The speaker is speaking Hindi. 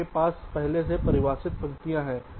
आपके पास पहले से परिभाषित पंक्तियाँ हैं